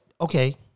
okay